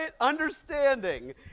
Understanding